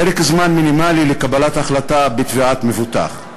פרק זמן מינימלי לקבלת החלטה בתביעת מבוטח.